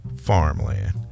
farmland